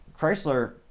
Chrysler